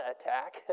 attack